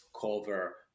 cover